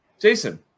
Jason